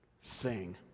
sing